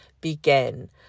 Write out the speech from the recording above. begin